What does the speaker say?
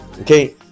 okay